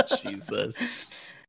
Jesus